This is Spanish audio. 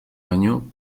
año